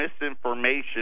misinformation